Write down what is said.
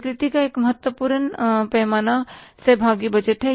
स्वीकृति का एक अन्य महत्वपूर्ण पैमाना सहभागी बजट है